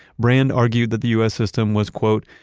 brand argued that the u s. system was quote,